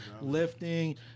lifting